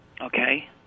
Okay